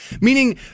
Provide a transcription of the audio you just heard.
Meaning